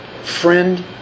Friend